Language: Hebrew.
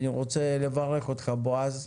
אני רוצה לברך אותך בועז.